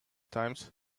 times